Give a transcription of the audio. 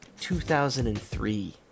2003